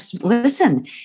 Listen